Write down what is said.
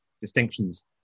distinctions